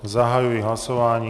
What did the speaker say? Zahajuji hlasování.